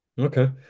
Okay